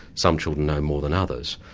some children know more than others.